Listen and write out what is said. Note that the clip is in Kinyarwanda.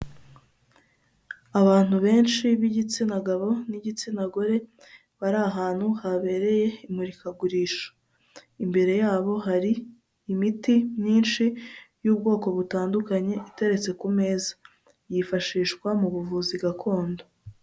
Abantu benshi b'igitsina gabo n'igitsina gore bari ahantu habereye imurikagurisha imbere yabo hari imiti myinshi y'ubwoko butandukanye iteretse ku meza yifashishwa mu buvuzi gakondo.